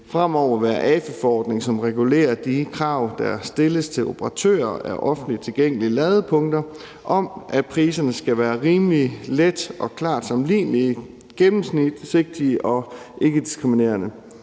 fremover være AFI-forordningen, som regulerer de krav, der stilles til operatører af offentligt tilgængelige ladepunkter, om, at priserne skal være rimelige, let og klart sammenlignelige, gennemsigtige og ikkediskriminerende.